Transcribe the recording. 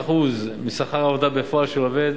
25% משכר העבודה בפועל של העובד.